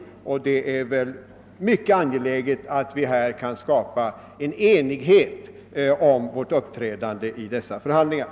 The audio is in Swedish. Det är mycket angeläget att vi kan skapa enighet om vårt uppträdande vid förhandlingarna.